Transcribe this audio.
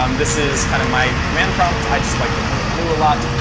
um this is kind of my command prompt. i just like the color blue a lot.